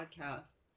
podcasts